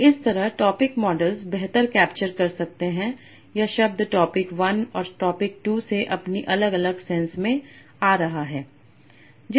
तो इस तरह टॉपिक मॉडल्स बेहतर कैप्चर कर सकते हैं यह शब्द टॉपिक 1 और टॉपिक 2 से अपनी अलग अलग सेंस में आ रहा है